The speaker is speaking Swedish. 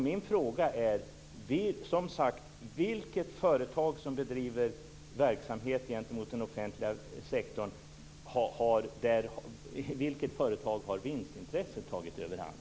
Min fråga är som sagt: I vilket företag som bedriver verksamhet gentemot den offentliga sektorn har vinstintresset tagit överhand?